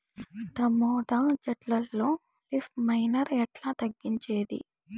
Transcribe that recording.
Tomato చెట్లల్లో leaf miner ఎట్లా తగ్గించేది?